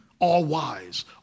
all-wise